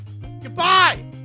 Goodbye